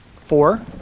four